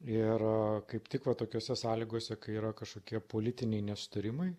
ir kaip tik va tokiose sąlygose kai yra kažkokie politiniai nesutarimai